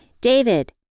David